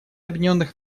объединенных